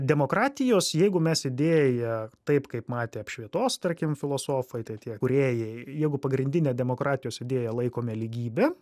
demokratijos jeigu mes idėją taip kaip matė apšvietos tarkim filosofai tie tie kūrėjai jeigu pagrindine demokratijos idėja laikome lygybę